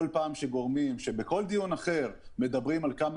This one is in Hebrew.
כל פעם שגורמים שבכל דיון אחר מדברים על כמה